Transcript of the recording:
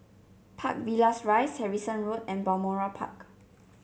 Park Villas Rise Harrison Road and Balmoral Park